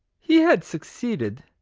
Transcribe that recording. he had succeeded,